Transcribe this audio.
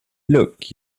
look